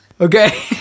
Okay